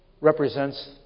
represents